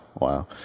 Wow